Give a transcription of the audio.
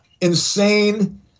insane